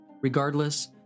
Regardless